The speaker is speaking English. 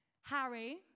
Harry